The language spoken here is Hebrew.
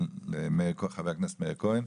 לח"כ מאיר כהן.